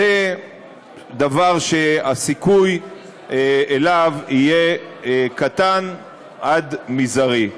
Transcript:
זה דבר שהסיכוי לו יהיה קטן עד מזערי.